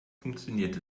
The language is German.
funktioniert